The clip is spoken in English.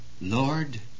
Lord